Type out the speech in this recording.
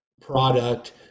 product